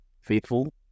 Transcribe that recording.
faithful